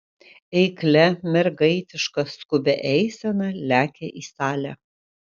eiklia mergaitiška skubia eisena lekia į salę